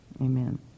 Amen